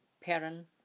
parent